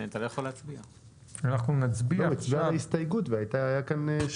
הייתה כאן הסתייגות והיה שוויון.